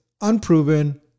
unproven